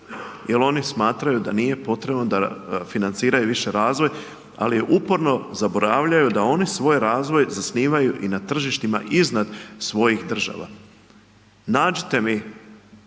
jel oni smatraju da nije potrebno da financiraju više razvoj, ali uporno zaboravljaju da oni svoj razvoj zasnivaju i na tržištima iznad svojih država. Nađite mi